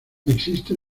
existe